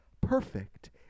perfect